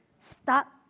stop